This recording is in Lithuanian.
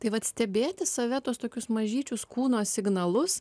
tai vat stebėti save tuos tokius mažyčius kūno signalus